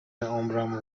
عمرم